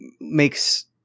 makes